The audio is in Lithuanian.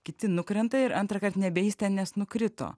kiti nukrenta ir antrąkart nebeis ten nes nukrito